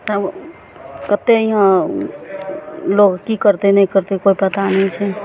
कतेक इहाँ लोग की करतै नहि करतै कोइ पता नहि छै